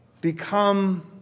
become